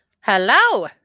Hello